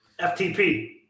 FTP